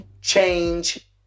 Change